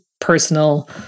personal